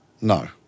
No